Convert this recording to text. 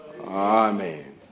Amen